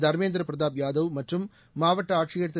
தர்மேந்திர பிரதாப் யாதவ் மற்றும் மாவட்ட ஆட்சியர் திரு